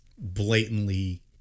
blatantly